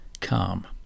Calm